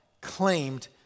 claimed